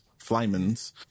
flyman's